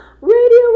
Radio